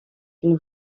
une